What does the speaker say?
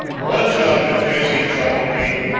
once, i'll confess, he troubled me,